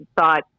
thought